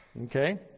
Okay